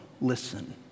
listen